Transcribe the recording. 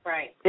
Right